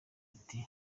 ati